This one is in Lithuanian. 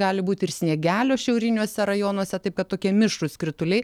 gali būti ir sniegelio šiauriniuose rajonuose taip kad tokie mišrūs krituliai